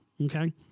Okay